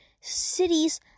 cities